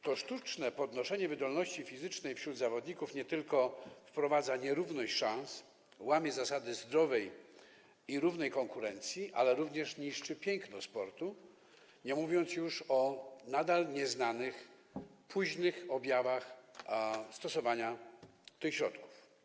To sztuczne podnoszenie wydolności fizycznej wśród zawodników nie tylko wprowadza nierówność szans, łamie zasady zdrowej i równej konkurencji, ale również niszczy piękno sportu, nie mówiąc już o nadal nieznanych, późnych objawach stosowania tych środków.